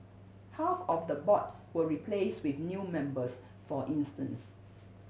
half of the board were replaced with new members for instance